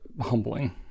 humbling